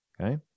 okay